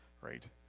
right